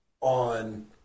on